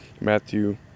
Matthew